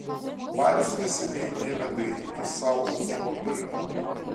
marius neseniai ėmė dairytis sau automobilio